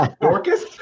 Dorcas